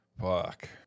Fuck